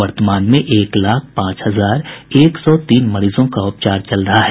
वर्तमान में एक लाख पांच हजार एक सौ तीन मरीजों का उपचार चल रहा है